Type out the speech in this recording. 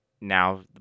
now